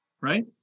right